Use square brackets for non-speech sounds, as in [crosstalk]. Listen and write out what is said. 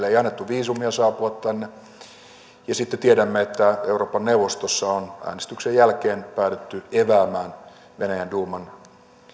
[unintelligible] ei annettu viisumia saapua tänne sitten tiedämme että euroopan neuvostossa on äänestyksen jälkeen päädytty epäämään venäjän duuman